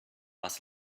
was